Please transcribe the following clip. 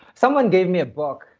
someone gave me a book,